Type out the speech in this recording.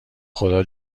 خدا